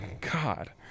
God